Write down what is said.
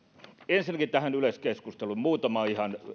ensinnäkin tähän yleiskeskusteluun ihan muutama